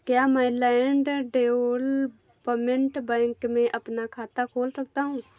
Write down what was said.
क्या मैं land development bank में अपना खाता खोल सकता हूँ?